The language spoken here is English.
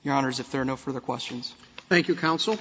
your honour's if they're no further questions thank you counsel